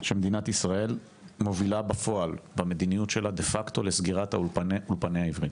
שמדינת ישראל מובילה בפועל במדיניות שלה דה פקטו לסגירת אולפני העברית.